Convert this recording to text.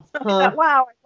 Wow